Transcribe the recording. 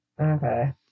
Okay